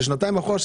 של שנתיים אחורה.